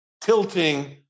tilting